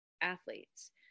athletes